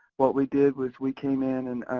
what we did was we came in and